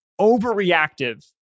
overreactive